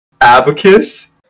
abacus